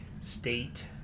State